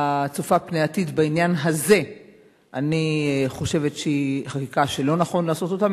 הצופה פני עתיד בעניין הזה אני חושבת שהיא חקיקה שלא נכון לעשות אותה,